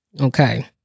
Okay